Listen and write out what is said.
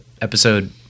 episode